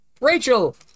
Rachel